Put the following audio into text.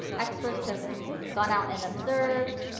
experts have gone out and observed,